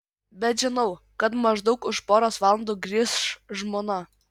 bet žinau kad maždaug už poros valandų grįš žmona